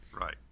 Right